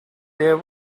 there